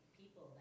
people